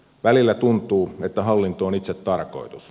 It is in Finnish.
välillä tuntuu että hallinto on itsetarkoitus